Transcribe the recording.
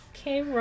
Okay